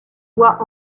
voie